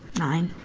nine.